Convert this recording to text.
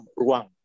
ruang